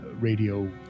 radio